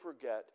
forget